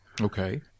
Okay